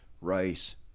rice